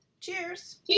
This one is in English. cheers